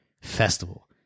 festival